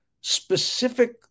specific